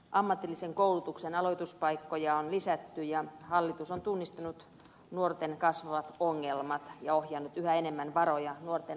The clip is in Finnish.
ammatillisen koulutuksen aloituspaikkoja on lisätty ja hallitus on tunnistanut nuorten kasvavat ongelmat ja ohjannut yhä enemmän varoja nuorten aktivoimiseen